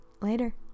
Later